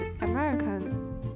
American